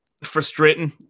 frustrating